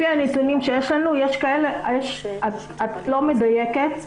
לפי הנתונים שיש לנו את לא מדייקת.